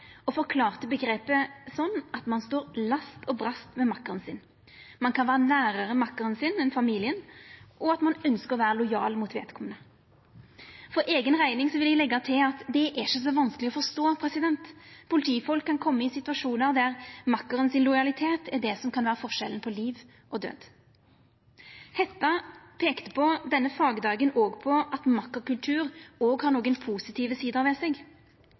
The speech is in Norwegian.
og forklarte omgrepet slik at ein står last og brast med makkeren sin, ein kan vera nærare makkeren sin enn familien, og at ein ønskjer å vera lojal mot vedkomande. For eiga rekning vil eg leggja til at det ikkje er så vanskeleg å forstå. Politifolk kan koma i situasjonar der makkeren sin lojalitet er det som kan vera forskjellen på liv og død. Hætta peika denne fagdagen også på at makkerkultur har positive og negative sider ved seg.